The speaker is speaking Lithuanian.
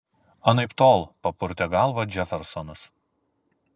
anaiptol papurtė galvą džefersonas